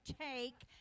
take